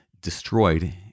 destroyed